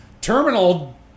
Terminal